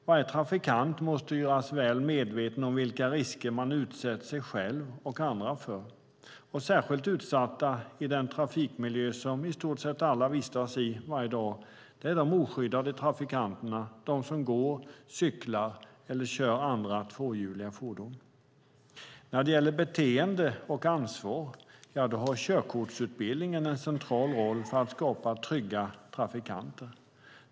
Varje trafikant måste göras väl medveten om vilka risker man utsätter sig själv och andra för. Särskilt utsatta i den trafikmiljö som vi i stort sett alla vistas i varje dag är de oskyddade trafikanterna som går, cyklar eller kör andra tvåhjuliga fordon. När det gäller beteende och ansvar har körkortsutbildningen en central roll för att skapa trygga trafikanter.